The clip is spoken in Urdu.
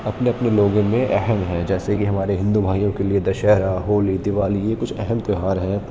اپنے اپنے لوگوں میں اہم ہیں جیسے کہ ہمارے ہندو بھائیوں کے لیے دشہرہ ہولی دیوالی یہ کچھ اہم تیوہار ہیں